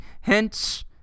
Hence